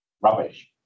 rubbish